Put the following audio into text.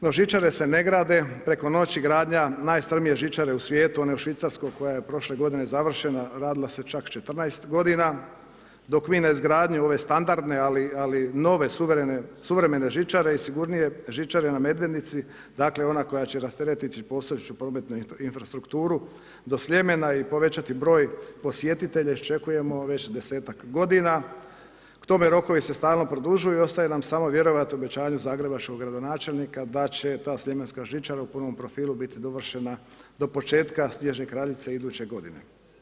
No žičare se ne grade preko noći, gradnja najstrmije žičare u svijetu, one u Švicarskoj koja je prošle godine završena, radila se čak 14 godina dok vi na izgradnju ove standarde, ali nove suvremene žičare i sigurnije žičare na Medvednici, dakle ona koja će rasteretiti postojeću prometnu infrastrukturu do Sljemena i povećati broj posjetitelja iščekujemo već 10ak godina, k tome rokovi se stalno produžuju i ostaje nam samo vjerovat u obećanje zagrebačkog gradonačelnika da će ta Sljemenska žičara u punom profilu biti dovršena do početka Snježne kraljice iduće godine.